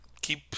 keep